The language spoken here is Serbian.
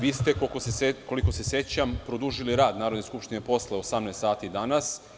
Vi ste, koliko se sećam, produžili rad Narodne skupštine posle 18,00 sati danas.